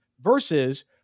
versus